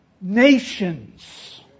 nations